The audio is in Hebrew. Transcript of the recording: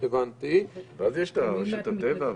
מי מהמתנגדים?